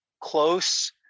close